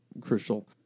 crucial